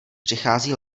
přichází